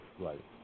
Right